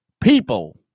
people